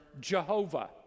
Jehovah